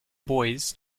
boys